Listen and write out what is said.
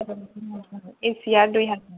Asia दुइ हाजार